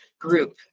group